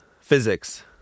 Physics